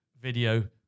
video